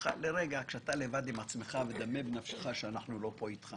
כשאתה לבד עם עצמך - דמה בנפשך שאנחנו לא פה איתך